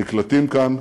הם נקלטים כאן,